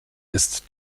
ist